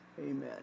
Amen